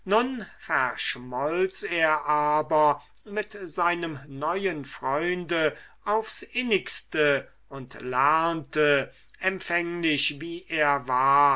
verschmolz er aber mit seinem neuen freunde aufs innigste und lernte empfänglich wie er war